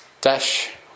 Dash